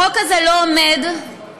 החוק הזה לא עומד לבדו,